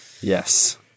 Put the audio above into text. Yes